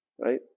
right